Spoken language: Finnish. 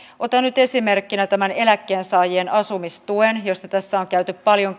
otan nyt esimerkkinä tämän eläkkeensaajien asumistuen josta tässä on käyty paljon